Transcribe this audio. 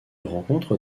rencontre